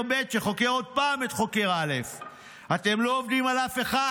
ב' שחוקר עוד פעם את חוקר א'; "אתם לא עובדים על אף אחד.